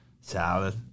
salad